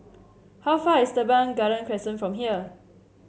how far away is Teban Garden Crescent from here